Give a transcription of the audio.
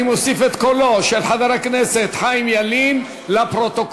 אני מוסיף את קולו של חבר הכנסת חיים ילין לפרוטוקול,